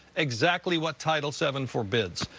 exactly what title seven forbids.